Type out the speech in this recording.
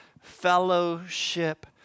fellowship